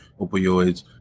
opioids